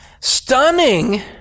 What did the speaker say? stunning